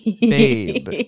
babe